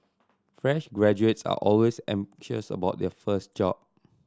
fresh graduates are always anxious about their first job